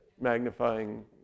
magnifying